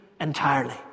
entirely